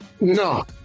No